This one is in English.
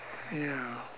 ya